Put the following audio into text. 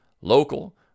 local